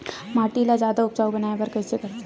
माटी ला जादा उपजाऊ बनाय बर कइसे करथे?